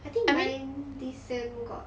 I think mine this sem got